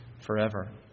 forever